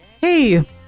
hey